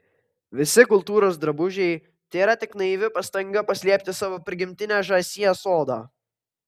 visi kultūros drabužiai tėra tik naivi pastanga paslėpti savo prigimtinę žąsies odą